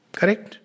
Correct